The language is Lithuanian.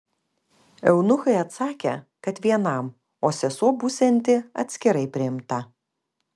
eunuchai atsakė kad vienam o sesuo būsianti atskirai priimta